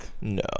No